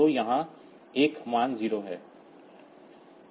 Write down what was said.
तो यहाँ एक मान 0 है